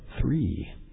Three